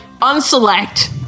Unselect